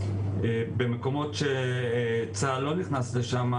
במקומות שצה"ל לא נכנס אליהם,